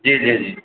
جی جی جی